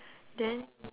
then